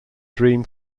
dream